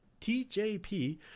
TJP